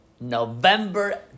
November